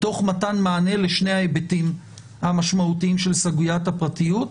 תוך מתן מענה לשני ההיבטים המשמעותיים של סוגיית הפרטיות.